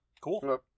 Cool